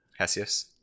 Hesius